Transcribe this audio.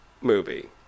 movie